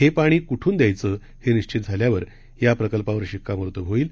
हे पाणी क्ठून द्यायचं हे निश्चित झाल्यावर या प्रकल्पावर शिक्कामोर्तब होईल